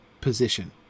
position